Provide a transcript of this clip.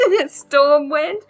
Stormwind